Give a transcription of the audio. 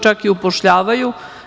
Čak i upošljavaju.